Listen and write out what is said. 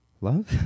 Love